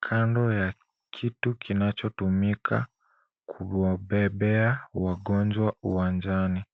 kando ya kitu kinachotumika kuwabebea wagonjwa uwanjani.